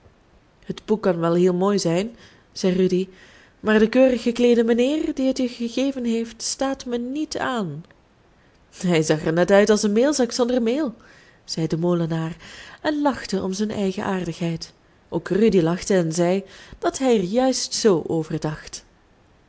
het boek kan wel heel mooi zijn zei rudy maar de keurig gekleede mijnheer die het je gegeven heeft staat mij niet aan hij zag er net uit als een meelzak zonder meel zei de molenaar en lachte om zijn eigen aardigheid ook rudy lachte en zei dat hij er juist zoo